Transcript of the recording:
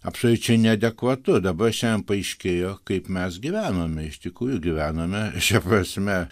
absoliučiai neadekvatu dabar šiandien paaiškėjo kaip mes gyvename iš tikrųjų gyvename šia prasme